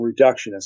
reductionist